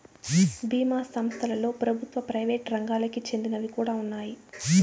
బీమా సంస్థలలో ప్రభుత్వ, ప్రైవేట్ రంగాలకి చెందినవి కూడా ఉన్నాయి